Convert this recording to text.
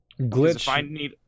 Glitch